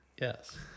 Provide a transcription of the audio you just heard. Yes